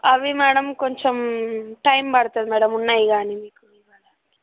అవి మ్యాడమ్ కొంచెం టైం పడుతుంది మ్యాడమ్ ఉన్నాయి కానీ